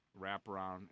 wraparound